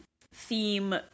theme